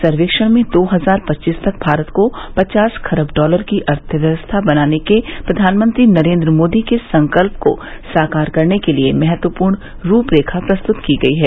सर्वेक्षण में दो हजार पच्चीस तक भारत को पचास खरब डॉलर की अर्थव्यवस्था बनाने के प्रधानमंत्री नरेन्द्र मोदी के संकल्प को साकार करने के लिए महत्वपूर्ण रूपरेखा प्रस्तुत की गई है